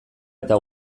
eta